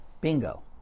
Bingo